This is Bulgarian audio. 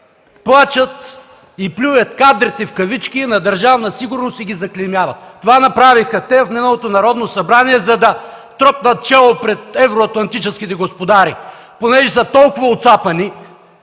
плачат и плюят „кадрите” на Държавна сигурност и ги заклеймяват. Това направиха в миналото Народно събрание, за да топнат чело пред евроатлантическите господари. Понеже са толкова оцапани